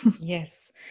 Yes